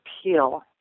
appeal